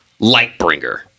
Lightbringer